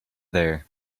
there